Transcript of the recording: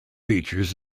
features